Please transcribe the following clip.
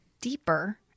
deeper